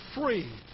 free